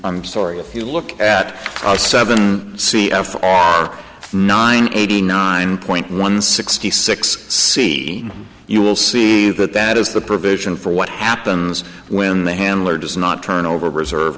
sorry if you look at seven c f for our nine eighty nine point one sixty six c you will see that that is the provision for what happens when the handler does not turn over reserve